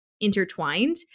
intertwined